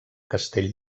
castell